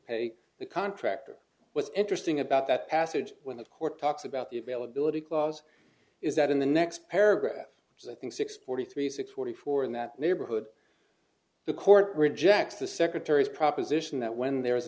pay the contractor what's interesting about that passage when the court talks about the availability clause is that in the next paragraph which i think six forty three six forty four in that neighborhood the court rejects the secretary's proposition that when there